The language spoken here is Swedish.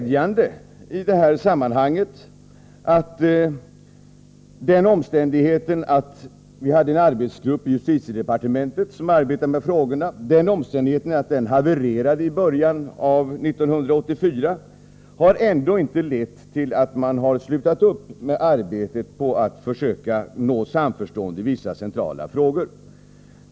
Den omständigheten att den arbetsgrupp i justitiedepartementet som fanns på detta område havererade i början av 1984 har — glädjande nog—- ändå inte lett till att man har upphört med arbetet på att försöka nå samförstånd i vissa centrala frågor.